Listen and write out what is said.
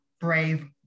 brave